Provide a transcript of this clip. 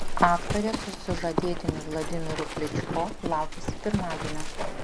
aktorė su sužadėtiniu vladimiru kličko laukiasi pirmagimio